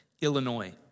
Illinois